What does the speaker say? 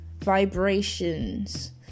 vibrations